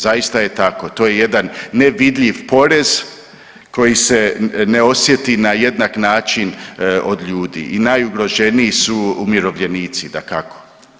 Zaista je tako, to je jedan nevidljiv porez koji se ne osjeti na jednak način od ljudi i najugroženiji su umirovljenici dakako.